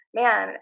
man